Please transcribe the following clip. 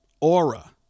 aura